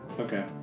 Okay